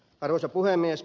arvoisa puhemies